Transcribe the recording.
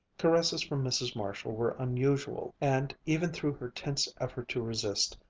caresses from mrs. marshall were unusual, and, even through her tense effort to resist,